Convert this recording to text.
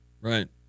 Right